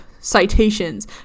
citations